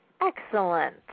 Excellent